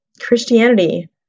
Christianity